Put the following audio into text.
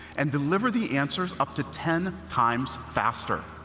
and deliver the answers up to ten times faster.